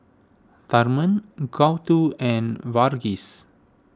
Tharman Gouthu and Verghese